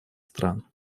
стран